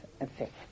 effect